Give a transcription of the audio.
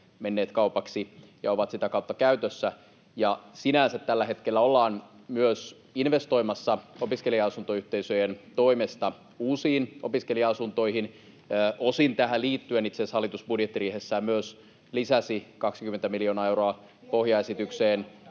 menneet kaupaksi ja ovat sitä kautta käytössä. Sinänsä tällä hetkellä ollaan myös investoimassa opiskelija-asuntoyhteisöjen toimesta uusiin opiskelija-asuntoihin. Osin tähän liittyen itse asiassa hallitus budjettiriihessään myös lisäsi 20 miljoonaa euroa pohjaesitykseen